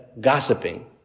gossiping